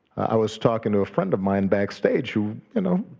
i was talking to a friend of mine backstage who, ya know,